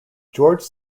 georges